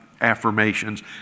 affirmations